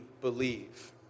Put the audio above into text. believe